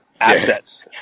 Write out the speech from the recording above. assets